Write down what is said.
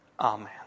Amen